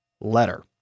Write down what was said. letter